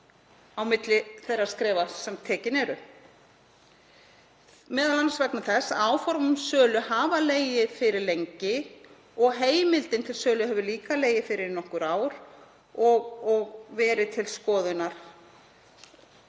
á milli þeirra skrefa sem tekin eru, m.a. vegna þess að áform um sölu hafa legið fyrir lengi og heimildin til sölu hefur líka legið fyrir í nokkur ár og verið til skoðunar